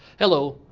hello,